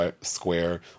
square